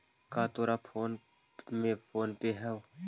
का तोर फोन में फोन पे हउ?